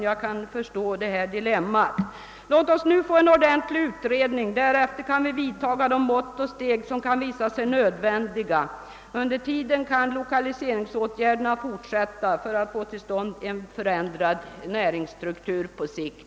Jag kan förstå hans dilemma. Låt oss nu få en ordentlig utredning; därefter kan vi vidtaga de mått och steg som kan visa sig nödvändiga. Under tiden kan lokaliseringsåtgärderna fortsätta för att få till stånd en förändrad näringsstruktur på sikt.